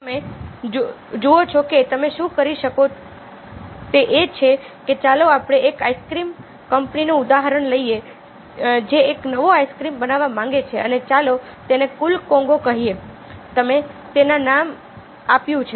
તમે જુઓ છો કે તમે શું કરી શકો તે એ છે કે ચાલો આપણે એક આઈસ્ક્રીમ કંપનીનું ઉદાહરણ લઈએ જે એક નવો આઈસ્ક્રીમ બનાવવા માંગે છે અને ચાલો તેને કૂલ કોંગો કહીએ તમે તેને નામ આપ્યું છે